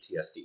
ptsd